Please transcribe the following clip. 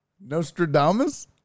Nostradamus